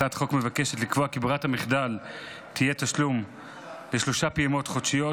הצעת החוק מבקשת לקבוע כי ברירת המחדל תהיה תשלום בשלוש פעימות חודשיות,